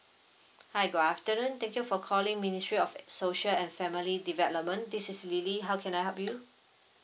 hi good afternoon thank you for calling ministry of uh social and family development this is lily how can I help you